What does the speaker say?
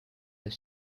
have